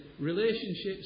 relationships